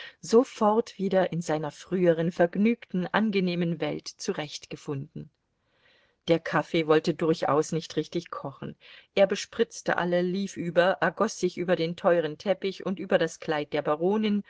sofort wieder in seiner früheren vergnügten angenehmen welt zurechtgefunden der kaffee wollte durchaus nicht richtig kochen er bespritzte alle lief über ergoß sich über den teueren teppich und über das kleid der